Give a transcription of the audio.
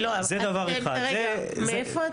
זה דבר אחד --- רגע, מאיפה את?